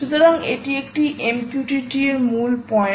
সুতরাং এটি একটি MQTT র মূল পয়েন্ট